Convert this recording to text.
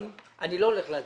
אני לא הולך להצביע.